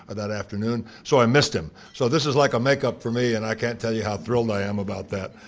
ah that afternoon, so i missed him. so this is like a makeup for me, and i can't tell you how thrilled i am about that.